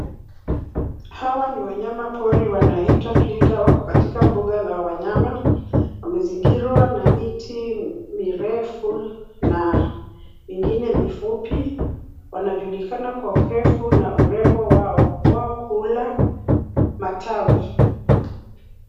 Hawa ni wanyama pori wanaitwa twiga. Wako katika mbuga la wanyama . Wamezingirwa na miti mirefu na mingine mifupi . Wanajulikana kwa urefu na urembo wao. Wao hula matawi.